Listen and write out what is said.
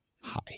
hi